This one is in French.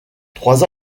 trois